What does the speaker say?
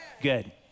Good